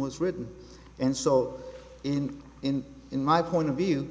was written and so in in in my point of view